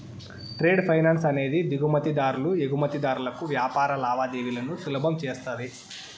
trade finance అనేది దిగుమతి దారులు ఎగుమతిదారులకు వ్యాపార లావాదేవీలను సులభం చేస్తది